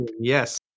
Yes